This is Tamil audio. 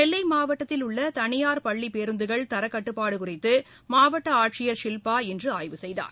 நெல்லை மாவட்டத்தில் உள்ள தனியார் பள்ளி பேருந்துகள் தரக்கட்டுப்பாடு குறித்து மாவட்ட ஆட்சியர் ஷில்பா பிரபாகர் சதீஷ் இன்று ஆய்வு செய்தார்